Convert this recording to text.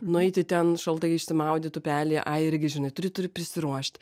nueiti ten šaltai išsimaudyt upelyje ai irgi žinai turi turi prisiruošt